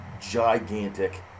gigantic